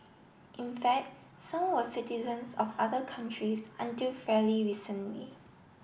in fact some were citizens of other countries until fairly recently